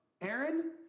Aaron